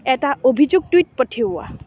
এটা অভিযোগ টুইট পঠিওৱা